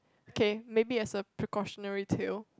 okay maybe as a precautionary tale